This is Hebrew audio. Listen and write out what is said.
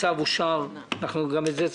הצבעה בעד רוב נגד אין נמנעים 1 צו תעריף המכס